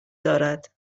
دارد